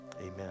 amen